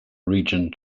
region